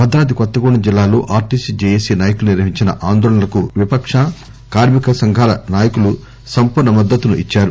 భద్రాద్రి కొత్తగూడెం జిల్లాలో RTC JAC నాయకులు నిర్వహించిన ఆందోళనలకు విపక్ష కార్మిక సంఘాల నాయకులు సంపూర్ణ మద్దతును ఇచ్చారు